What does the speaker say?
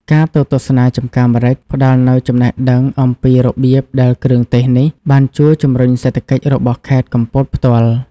ការទៅទស្សនាចម្ការម្រេច ផ្តល់នូវចំណេះដឹងអំពីរបៀបដែលគ្រឿងទេសនេះ បានជួយជំរុញសេដ្ឋកិច្ចរបស់ខេត្តកំពតផ្ទាល់។